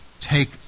take